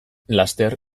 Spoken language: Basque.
laster